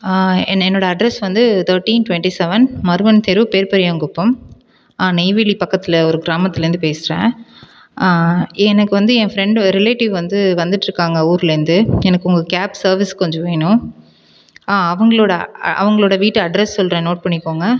ஆ என் என்னோடய அட்ரஸ் வந்து த்தட்டின் டுவெண்ட்டி செவன் மருவன் தெரு பெர்பெரியாங்குப்பம் அ நெய்வேலி பக்கத்தில் ஒரு கிராமத்துலேந்து பேசுகிறேன் எனக்கு வந்து என் ஃப்ரெண்ட் ரிலேடிவ் வந்து வந்துட்ருக்காங்க ஊர்லேந்து எனக்கு உங்கள் கேப் சர்வீஸ் கொஞ்சம் வேணும் அவங்ளோடய அவங்ளோடய வீட்டு அட்ரஸ் சொல்கிறேன் நோட் பண்ணிக்கோங்கள்